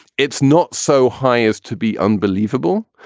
it's not so high as to be unbelievable.